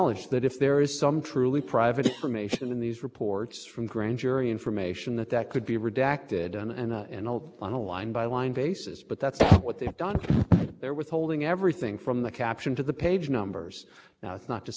reports from grand jury information that that could be redacted and and hold on a line by line basis but that's what they've done they're withholding everything from the caption to the page numbers now it's not to say we have a public interest in the page numbers but that does highlight the